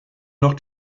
noch